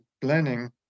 planning